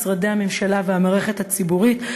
משרדי הממשלה והמערכת הציבורית,